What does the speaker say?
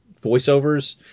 voiceovers